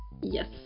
Yes